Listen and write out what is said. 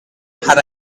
had